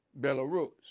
Belarus